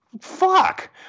fuck